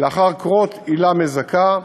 לאחר קרות עילה מזכה,